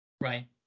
Right